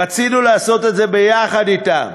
רצינו לעשות את זה יחד אתם.